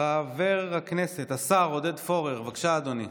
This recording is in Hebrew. חבר הכנסת השר עודד פורר, בבקשה, אדוני.